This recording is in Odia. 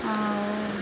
ଆଉ